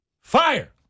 Fire